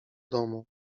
domu